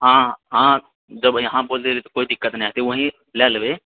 हँ हँ देबै अहाँ बोलि देलियै तऽ कोइ दिक्कत नै हेतै ओएह लए लेबै